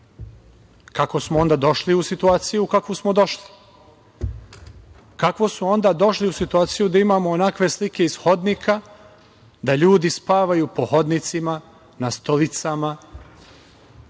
Kako smo onda došli u situaciju u kakvu smo došli? Kako smo onda došli u situaciju da imamo onakve slike iz hodnika, da ljudi spavaju po hodnicima, na stolicama,